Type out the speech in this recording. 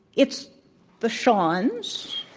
it's the sean's,